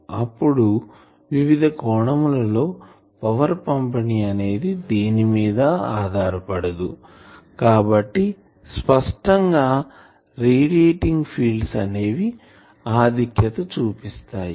అప్పుడు వివిధ కోణముల లో పవర్ పంపిణి అనేది దేని మీద ఆధారపడదు కాబట్టి స్పష్టం గా రేడియేటింగ్ ఫీల్డ్స్ అనేవి ఆధిక్యత చూపిస్తాయి